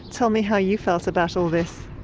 tell me how you felt about all this.